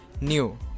new